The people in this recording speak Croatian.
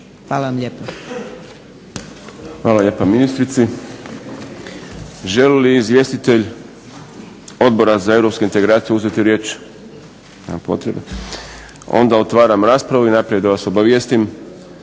Boris (SDP)** Hvala lijepa ministrici. Želi li izvjestitelj Odbora za europsku integraciju uzeti riječ? Nema potrebe. Onda otvaram raspravu. Najprije da vas obavijestim,